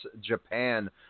Japan